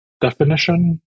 definition